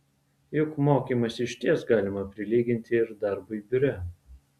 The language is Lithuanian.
juk mokymąsi išties galima prilyginti ir darbui biure